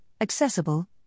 accessible